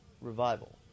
revival